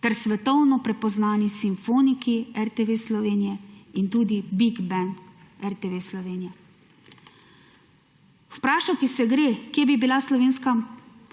ter svetovno prepoznani simfoniki RTV Slovenije in tudi Big band RTV Slovenija. Vprašati se gre, kje bi bila slovenska